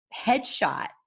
headshot